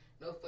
No